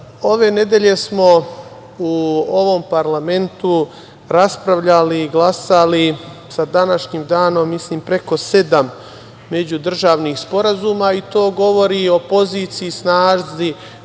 ove nedelje smo u ovom parlamentu raspravljali i glasali sa današnjim danom, mislim, preko sedam međudržavnih sporazuma. To govori o poziciji i snazi